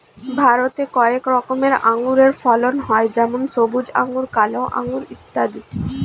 ভারতে কয়েক রকমের আঙুরের ফলন হয় যেমন সবুজ আঙুর, কালো আঙুর ইত্যাদি